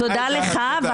תודה לך.